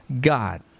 God